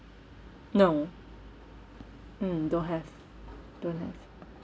no mm don't have don't have